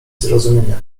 zrozumienia